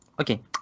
okay